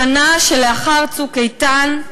בשנה שלאחר "צוק איתן"